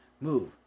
move